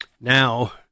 Now